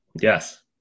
Yes